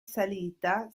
salita